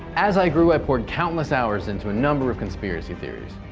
as i grew, i poured countless hours into a number of conspiracy theories.